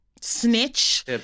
snitch